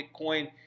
Bitcoin